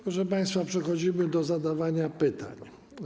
Proszę państwa, przechodzimy do zadawania pytań.